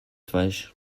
falsch